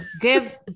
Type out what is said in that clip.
give